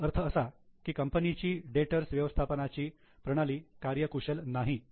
याचाच अर्थ असा की कंपनीची डेटर्स व्यवस्थापनाची प्रणाली कार्यकुशल नाही